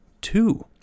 Two